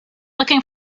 looking